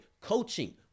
coaching